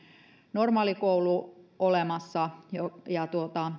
normaalikoulu ja